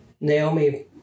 Naomi